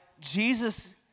Jesus